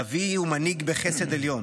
נביא ומנהיג בחסד עליון,